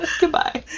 goodbye